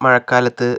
മഴക്കാലത്ത്